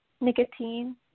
Nicotine